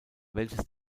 welches